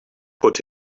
put